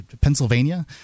Pennsylvania